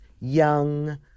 young